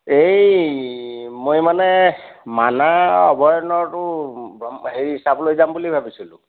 এই মই মানে মানাহ অভয়াৰণ্যটো হেৰি চাবলৈ যাম বুলি ভাবিছোঁ